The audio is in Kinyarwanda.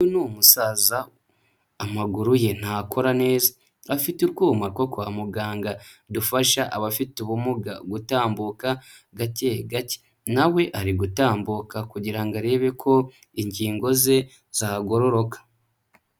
Uyu ni umusaza amaguru ye ntakora neza, afite utwuma two kwa muganga dufasha abafite ubumuga gutambuka gake gake, nawe ari gutambuka kugira ngo arebe ko ingingo ze zagororoka.